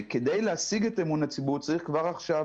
כדי להשיג את אמון הציבור צריך כבר עכשיו,